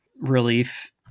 relief